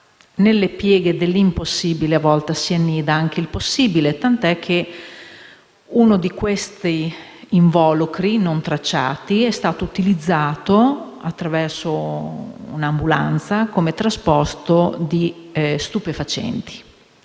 Nelle pieghe dell'impossibile si annida anche il possibile, tant'è che uno di questi involucri non tracciati è stato utilizzato, attraverso un'ambulanza, per il trasporto di stupefacenti.